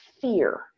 fear